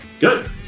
Good